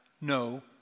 no